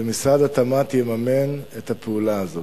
ומשרד התמ"ת יממן את הפעולה הזאת.